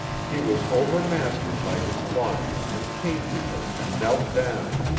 he was overmastered by his longing and came to her and knelt down,